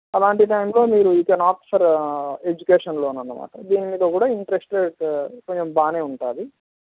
అలాంటి టైంలో మీరు you can opt for education loan అన్నమాట దీనిమీద కూడా ఇంట్రెస్ట్ బాగానే ఉంటుంది